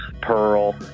Pearl